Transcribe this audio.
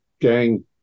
gang